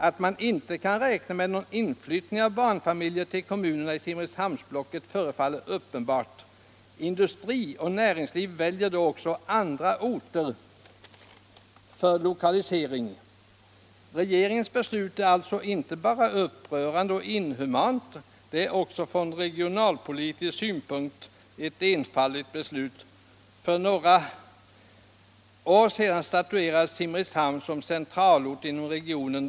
Att man inte kan räkna med någon inflyttning av barnfamiljer till kommunerna i simrishamnsblocket förefaller uppenbart. Industri och näringsliv väljer då också andra orter för lokalisering. Regeringens beslut är alltså inte bara upprörande och inhumant. Det är också från regionalpolitisk synpunkt ett enfaldigt beslut. För några år sedan statuerades Simrishamn till centralort inom regionen.